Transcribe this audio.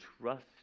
trust